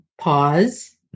pause